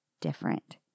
different